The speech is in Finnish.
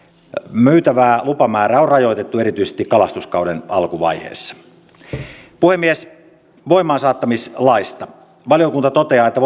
myytävää lupamäärää on rajoitettu erityisesti kalastuskauden alkuvaiheessa puhemies voimaansaattamislaista valiokunta toteaa että